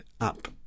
up